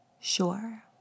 sure